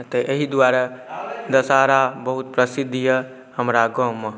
एहि दुआरे दशहरा बहुत प्रसिद्ध अइ हमरा गाममे